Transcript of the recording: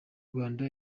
rwanda